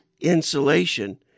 insulation